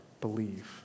believe